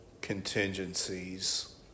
contingencies